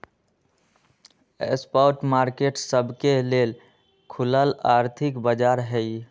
spot market सबके लेल खुलल आर्थिक बाजार हइ